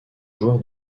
joueur